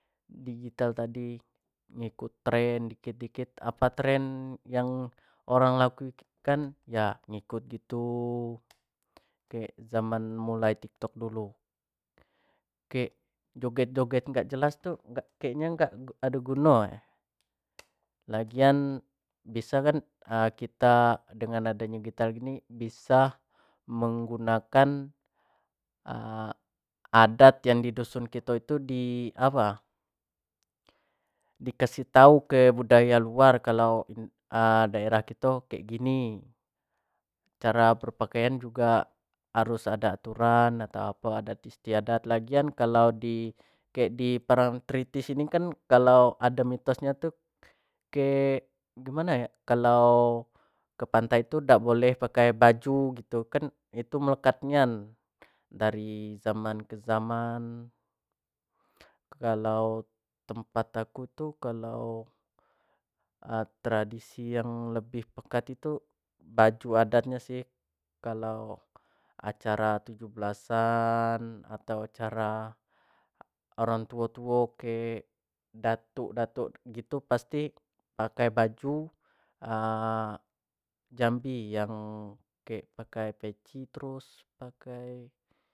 Digital tadi ngikut tren dikit-dikit apa trend yang orang lagi kan ya ngikut itu kayak zaman mulai tik tok dulu oke joget-joget nggak jelas tuh nggak kayaknya nggak ada gunanya lagian bisa kan kita dengan adanya gitar ini bisa menggunakan adat yang di dusun kito itu di apa dikasih tahu ke budaya luar kalau daerah itu kayak gini cara berpakaian juga harus ada aturan atau apa adat istiadat lagian kalau di parangtritis ini kan kalau ada mitosnya tuh kayak gimana ya kalau ke pantai itu tidak boleh pakai baju gitu kan itu melekatnya dari zaman ke zaman kalau tempat aku tuh kalau tradisi yang lebih pekat itu baju adatnya sih kalau acara 17-an atau cara orang tua tuh ke datuk-datuk gitu pasti pakai baju jambi yang kayak pakai peci terus